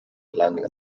landing